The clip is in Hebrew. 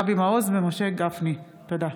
אבי מעוז ומשה גפני בנושא: